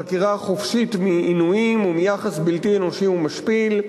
חקירה חופשית מעינויים ומיחס בלתי אנושי ומשפיל.